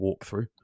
walkthrough